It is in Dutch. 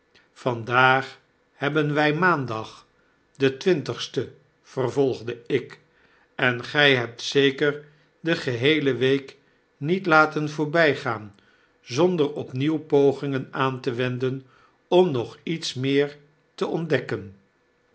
vandaag hebben wg maandag den twintigsten vervolgde ik en gg hebt zeker de geheele week niet laten voorbijgaan zonder opnieuw pogingen aan te wenden om nog iets meer te ontdekken